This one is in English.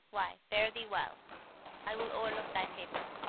why, fare thee well i will o'erlook thy paper.